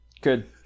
Good